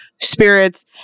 spirits